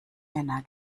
männer